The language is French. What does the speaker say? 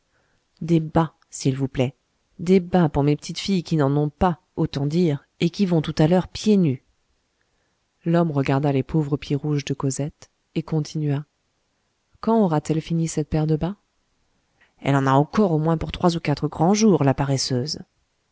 s'il vous plaît des bas pour mes petites filles qui n'en ont pas autant dire et qui vont tout à l'heure pieds nus l'homme regarda les pauvres pieds rouges de cosette et continua quand aura-t-elle fini cette paire de bas elle en a encore au moins pour trois ou quatre grands jours la paresseuse